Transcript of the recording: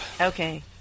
Okay